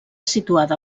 situada